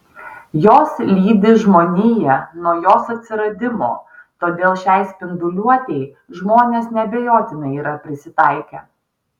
jos lydi žmoniją nuo jos atsiradimo todėl šiai spinduliuotei žmonės neabejotinai yra prisitaikę